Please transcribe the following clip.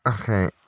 okay